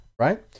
right